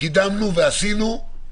קידמנו ועשינו,